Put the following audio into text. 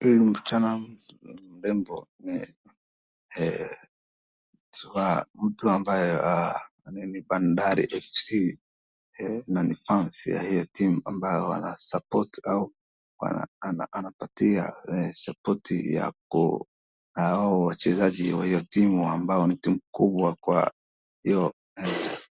Huyu msichana mrembo ni mtu ambaye ni wa Bandari FC na ni fans ya hiyo team ambayo ana support au anapatia sapoti hao wachezaji wa hiyo timu ambayo ni timu kubwa kwa hiyo